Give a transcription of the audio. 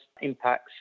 impacts